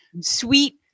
sweet